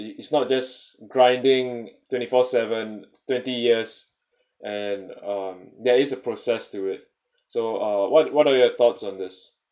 it's not just grinding twenty four seven twenty years and um there is a process to it so uh what what are your thoughts on this